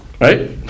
Right